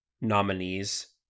nominees